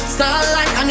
Starlight